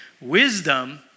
Wisdom